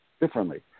differently